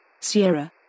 Sierra